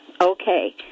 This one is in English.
Okay